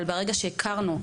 אבל ברגע שהכרנו,